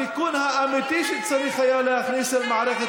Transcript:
התיקון האמיתי שצריך היה להכניס אל מערכת